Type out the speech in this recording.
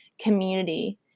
community